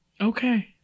Okay